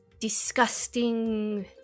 Disgusting